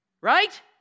Right